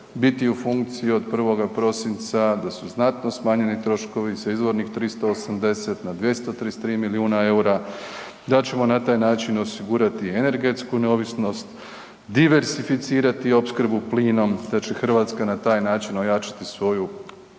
biti u funkciji od 1. prosinca, da su znatno smanjeni troškovi sa izvornih 380 na 233 milijuna EUR-a, da ćemo na taj način osigurati energetsku neovisnost, diversificirati opskrbu plinom, da će Hrvatska na taj način ojačati svoju,